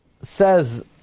says